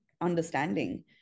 understanding